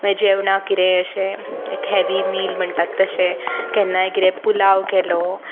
जेवणाक कितेंय अशें एक हॅवी मील म्हणटात तशें केन्नाय कितें पुलाव केलो